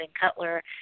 Cutler